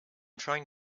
trying